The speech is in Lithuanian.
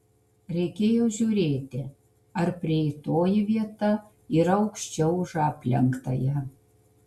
reikėjo žiūrėti ar prieitoji vieta yra aukščiau už aplenktąją